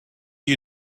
you